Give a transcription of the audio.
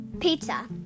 Pizza